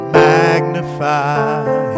magnify